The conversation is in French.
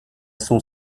son